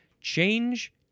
change